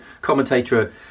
commentator